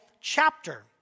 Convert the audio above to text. chapter